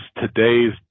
today's